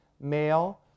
male